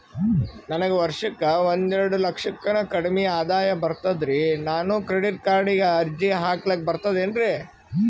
ನನಗ ವರ್ಷಕ್ಕ ಒಂದೆರಡು ಲಕ್ಷಕ್ಕನ ಕಡಿಮಿ ಆದಾಯ ಬರ್ತದ್ರಿ ನಾನು ಕ್ರೆಡಿಟ್ ಕಾರ್ಡೀಗ ಅರ್ಜಿ ಹಾಕ್ಲಕ ಬರ್ತದೇನ್ರಿ?